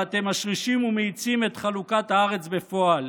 ואתם משרישים ומאיצים את חלוקת הארץ בפועל.